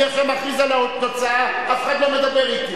עכשיו אני מכריז על התוצאה, אף אחד לא מדבר אתי.